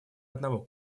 одного